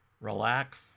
relax